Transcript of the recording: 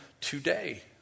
today